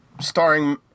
starring